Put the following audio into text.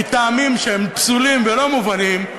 מטעמים שהם פסולים ולא מובנים,